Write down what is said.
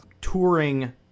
touring